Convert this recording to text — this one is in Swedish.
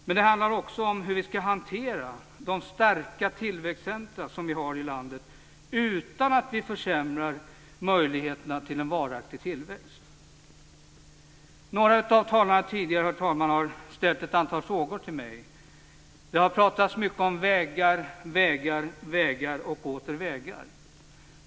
Men det handlar också om hur vi ska hantera de starka tillväxtcentrum som vi har i landet utan att vi försämrar möjligheterna till en varaktig tillväxt. Herr talman! Några av talarna tidigare har ställt ett antal frågor till mig. Det har pratats mycket om vägar, vägar och åter vägar.